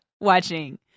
Watching